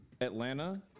Atlanta